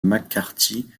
mccarthy